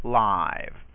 live